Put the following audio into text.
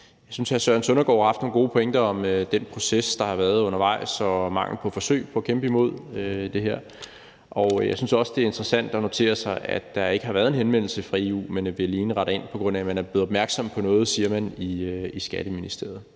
Jeg synes, at hr. Søren Søndergaard har haft nogle gode pointer om den proces, der har været undervejs, og mangel på forsøg på at kæmpe imod det her, og jeg synes også, det er interessant at notere sig, at der ikke har været en henvendelse fra EU, men at vi alene retter ind, på grund af at man er blevet opmærksom på noget, siger man, i Skatteministeriet.